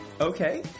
Okay